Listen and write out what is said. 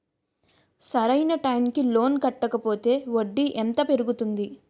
సరి అయినా టైం కి లోన్ కట్టకపోతే వడ్డీ ఎంత పెరుగుతుంది?